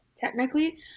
technically